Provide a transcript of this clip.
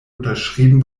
unterschrieben